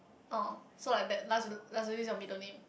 oh so like that lux luxury is your middle name